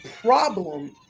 problem